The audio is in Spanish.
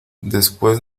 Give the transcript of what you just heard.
después